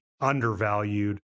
undervalued